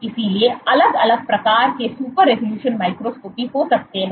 इसलिए अलग अलग प्रकार के सुपर रेजोल्यूशन माइक्रोस्कोपी हो सकते हैं